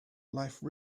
life